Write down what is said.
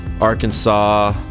Arkansas